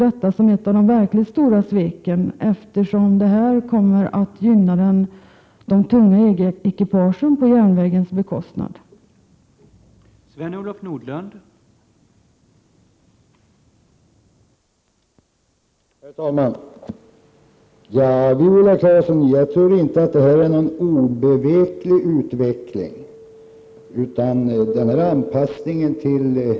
Han ansåg RR var 2 SS 2 verkligt Rn RS situppnå en gerjensam eftersom det kommer att gynna de tunga ekipagen på järnvägens europeisk transportbekostnad.